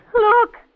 Look